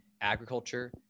agriculture